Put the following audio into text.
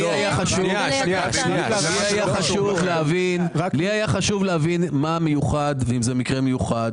היה חשוב לי להבין האם זה מקרה מיוחד.